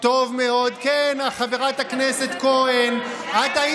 חבר הכנסת דבי